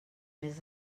més